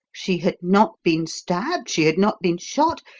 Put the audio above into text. she had not been stabbed, she had not been shot,